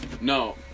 No